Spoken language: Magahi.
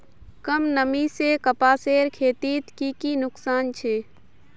कम नमी से कपासेर खेतीत की की नुकसान छे?